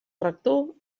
rector